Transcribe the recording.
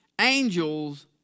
Angels